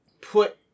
put